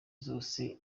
zose